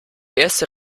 erste